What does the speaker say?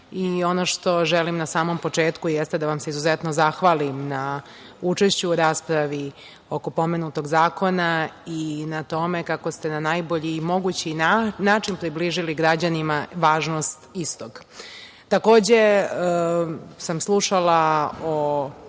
i ono što želim na samom početku jeste da vam se izuzetno zahvalim na učešću u raspravi oko pomenutog zakona i na tome kako ste na najbolji i mogući način približili građanima važnost istog. Takođe, slušala sam